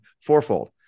fourfold